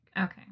Okay